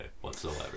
whatsoever